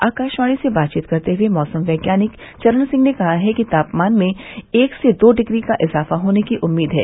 आकाशवाणी से बातचीत करते हुए मौसम वैज्ञानिक चरण सिंह ने कहा है कि तापमान में एक से दो डिग्री का इजाफा होने की उम्मीद है